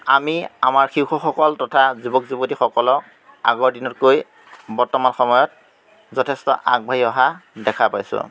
আমি আমাৰ শিশুসকল তথা যুৱক যুৱতীসকলক আগৰ দিনতকৈ বৰ্তমান সময়ত যথেষ্ট আগবাঢ়ি অহা দেখা পাইছোঁ